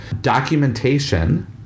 documentation